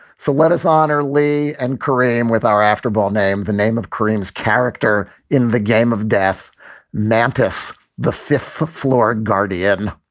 so let us honor lee and kareem with our after ball name. the name of kareem's character in the game of death mantis. the fifth floor. gardy adam.